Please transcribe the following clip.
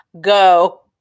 go